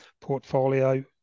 portfolio